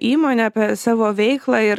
įmonę apie savo veiklą ir